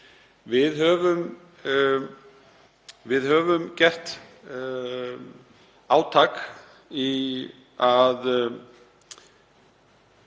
Við höfum gert átak í að